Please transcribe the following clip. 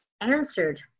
answered